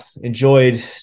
enjoyed